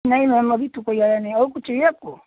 नहीं मैम अभी तो कोई आया नहीं और कुछ चाहिए आपको